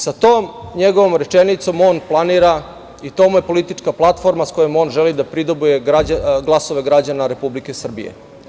Sa tom njegovom rečenicom on planira i to mu je politička platforma sa kojom on želi da pridobije glasove građana Republike Srbije.